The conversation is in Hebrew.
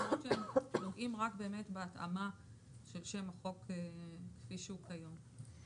למרות שהם רק נוגעים באמת בהתאמה של שם החוק כפי שהוא כיום.